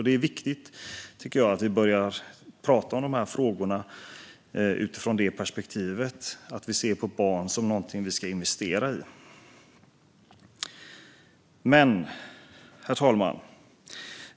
Det är viktigt att vi börjar prata om dessa frågor utifrån perspektivet att vi ser på barn som något vi ska investera i. Herr talman!